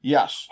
Yes